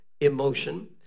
emotion